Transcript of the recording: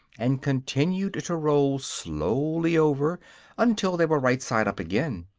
and continued to roll slowly over until they were right side up again.